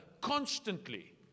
constantly